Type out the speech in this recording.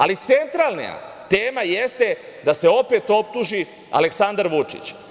Ali, centralna tema jeste da se opet optuži Aleksandar Vučić.